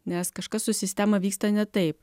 nes kažkas su sistema vyksta ne taip